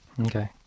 Okay